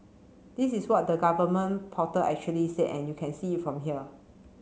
this is what the government portal actually said and you can see it from here